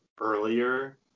earlier